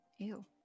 ew